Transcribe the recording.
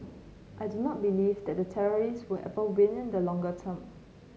I do not believe that the terrorist will ever win in the longer term